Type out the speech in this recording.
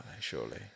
surely